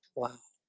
wow